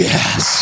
Yes